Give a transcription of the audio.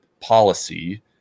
policy